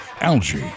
algae